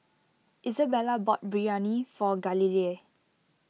Isabella bought Biryani for Galilea